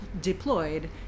deployed